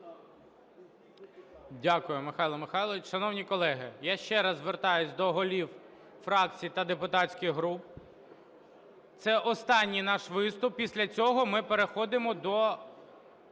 Дякую, Михайле Михайловичу. Шановні колеги, я ще раз звертаюсь до голів фракцій та депутатських груп, це останній наш виступ. Після цього ми переходимо до...